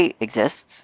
exists